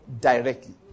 directly